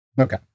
Okay